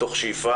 מתוך שאיפה,